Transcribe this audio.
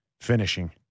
finishing